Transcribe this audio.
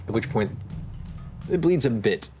which point it bleeds a bit,